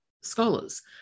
scholars